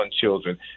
children